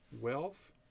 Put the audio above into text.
Wealth